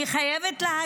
אני חייבת להגיד